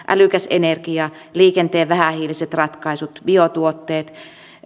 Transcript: älykäs energia liikenteen vähähiiliset ratkaisut biotuotteet